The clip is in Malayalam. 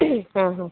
ആ ആ